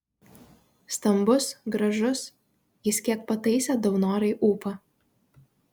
stambus gražus jis kiek pataisė daunorai ūpą